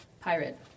pirate